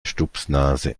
stupsnase